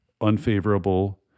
unfavorable